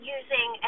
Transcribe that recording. using